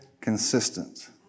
consistent